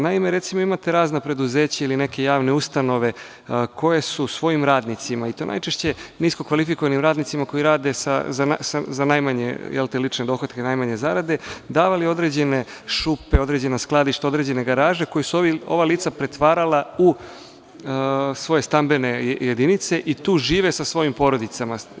Naime, recimo, imate razna preduzeća ili neke javne ustanove koje su svojim radnicima, i to najčešće nisko kvalifikovanim radnicima koji rade za najmanje lične dohotke, najmanje zarade, davali određene šupe, određena skladišta, određene garaže koje su ova lica pretvarala u svoje stambene jedinice i tu žive sa svojim porodicama.